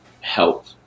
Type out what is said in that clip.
help